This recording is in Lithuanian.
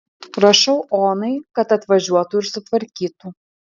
rašau onai kad atvažiuotų ir sutvarkytų